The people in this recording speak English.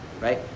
Right